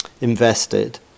invested